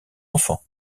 enfant